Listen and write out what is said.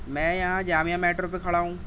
میں یہاں جامعہ میٹرو پہ کھڑا ہوں